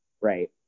Right